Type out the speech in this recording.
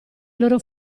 loro